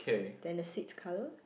then the seat's colour